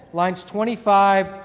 lines twenty five,